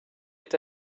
est